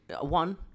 One